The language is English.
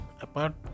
Apart